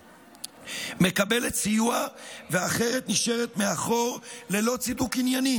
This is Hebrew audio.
מקבלת סיוע והאחרת נשארת מאחור ללא צידוק ענייני.